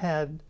had